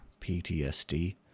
PTSD